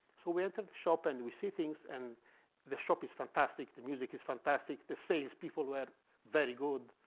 so we entered the shop, and we see things. and the shop is fantastic. the music is fantastic. the sales people were very good.